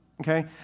okay